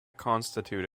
constitute